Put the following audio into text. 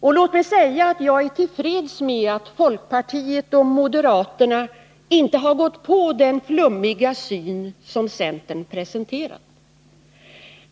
Låt mig också säga att jag är till freds med att folkpartiet och moderaterna inte har gått på den flummiga syn som centern presenterat.